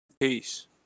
Peace